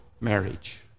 marriage